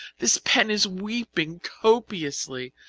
this pen is weeping copiously.